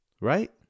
Right